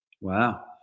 Wow